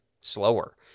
slower